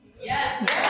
Yes